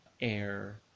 air